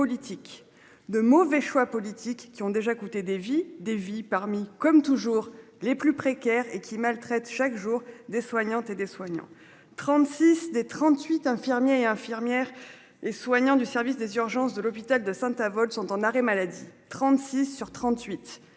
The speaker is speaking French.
politiques de mauvais choix politiques qui ont déjà coûté des vies, des vies parmi comme toujours les plus précaires et qui maltraite chaque jour des soignantes et des soignants. 36 des 38 infirmiers et infirmières et soignants du service des urgences de l'hôpital de Saint-Avold sont en arrêt maladie. 36 sur 38.